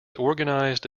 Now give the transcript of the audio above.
organized